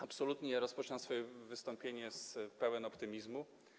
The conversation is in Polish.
Absolutnie rozpoczynam swoje wystąpienie pełen optymizmu.